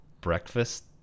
breakfast